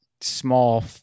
small